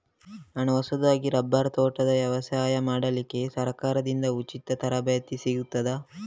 ನಾನು ಹೊಸದಾಗಿ ರಬ್ಬರ್ ತೋಟದ ವ್ಯವಸಾಯ ಮಾಡಲಿಕ್ಕೆ ಸರಕಾರದಿಂದ ಉಚಿತ ತರಬೇತಿ ಸಿಗುತ್ತದಾ?